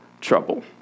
trouble